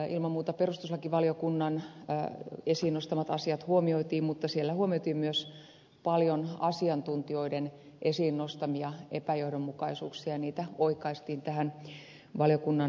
ilman muuta perustuslakivaliokunnan esiin nostamat asiat huomioitiin mutta siellä huomioitiin myös paljon asiantuntijoiden esiin nostamia epäjohdonmukaisuuksia ja niitä oikaistiin tähän valiokunnan yksimielisenä kantana